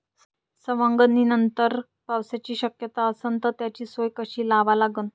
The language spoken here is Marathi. सवंगनीनंतर पावसाची शक्यता असन त त्याची सोय कशी लावा लागन?